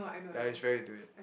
ya he is very into it